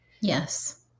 Yes